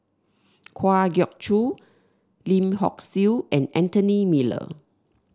Kwa Geok Choo Lim Hock Siew and Anthony Miller